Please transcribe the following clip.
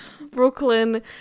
Brooklyn